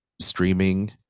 streaming